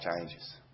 changes